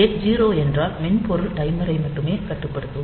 gate 0 என்றால் மென்பொருள் டைமரை மட்டுமே கட்டுப்படுத்தும்